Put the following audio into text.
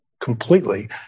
completely